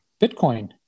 Bitcoin